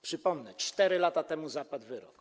Przypomnę, 4 lata temu zapadł wyrok.